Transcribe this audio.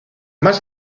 más